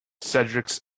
Cedric's